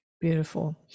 Beautiful